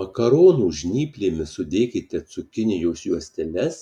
makaronų žnyplėmis sudėkite cukinijos juosteles